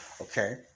Okay